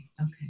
Okay